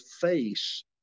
face